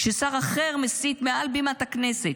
כששר אחר מסית מעל בימת הכנסת: